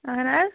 اَہَن حظ